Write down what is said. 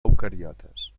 eucariotes